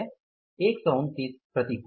129 प्रतिकूल